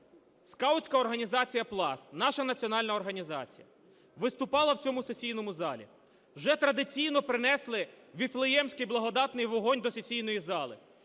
національна організація, виступала в цьому сесійному залі, вже традиційно принесла Вифлеємський благодатний вогонь до сесійної зали,